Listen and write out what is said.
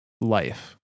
life